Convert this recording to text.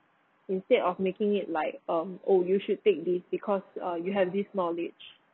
instead of making it like um oh you should take this because uh you have this knowledge